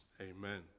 Amen